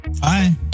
Hi